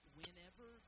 whenever